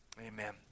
Amen